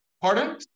Pardon